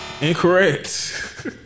Incorrect